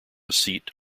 seat